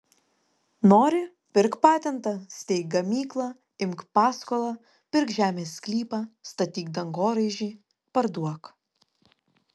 nori pirk patentą steik gamyklą imk paskolą pirk žemės sklypą statyk dangoraižį parduok